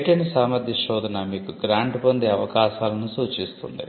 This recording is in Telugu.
పేటెంట్ సామర్థ్య శోధన మీకు గ్రాంట్ పొందే అవకాశాలను సూచిస్తుంది